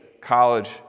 college